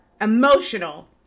emotional